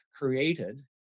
created